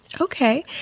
Okay